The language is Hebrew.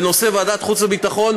ההחלטה בנושא ועדת החוץ והביטחון,